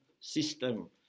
system